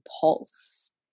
pulse